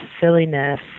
silliness